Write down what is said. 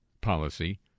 policy